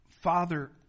father